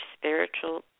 spiritual